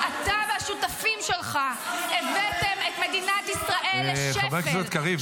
--- אתה והשותפים שלך הבאתם את מדינת ישראל לשפל -- חבר הכנסת קריב,